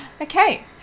Okay